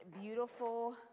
beautiful